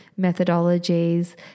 methodologies